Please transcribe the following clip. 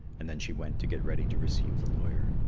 and then she went to get ready to receive the lawyer.